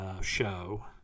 show